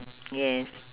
yes